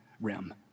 rim